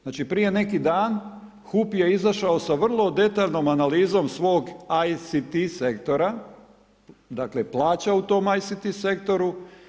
Znači, prije neki dan HUP je izašao sa vrlo detaljnom analizom svog ICT sektora, dakle, plaća u tom ICT sektoru.